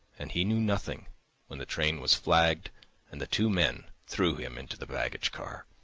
and he knew nothing when the train was flagged and the two men threw him into the baggage car.